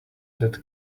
that